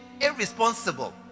irresponsible